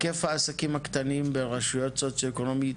היקף העסקים הקטנים ברשויות סוציו-אקונומיות